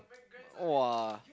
!wah!